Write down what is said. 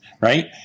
right